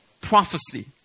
Prophecy